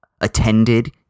attended